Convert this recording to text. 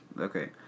Okay